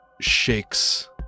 shakes